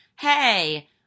hey